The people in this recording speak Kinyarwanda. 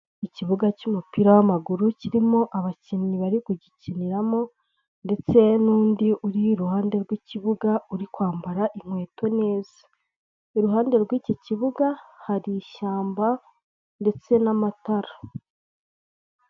Ikibuga cy'umupira w'amaguru kirimo abakinnyi bari kugikiniramo, ndetse n'undi uri i ruhande rw'ikibuga uri kwambara inkweto neza. I ruhande rw'iki kibuga hari ishyamba ndetse n'amatara.